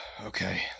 Okay